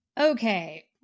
okay